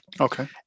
okay